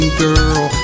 girl